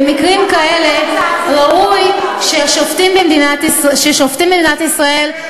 במקרים כאלה ראוי ששופטים במדינת ישראל,